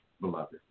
beloved